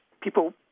people